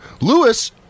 Lewis